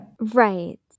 Right